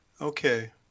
Okay